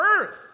earth